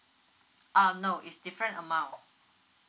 um no is different amount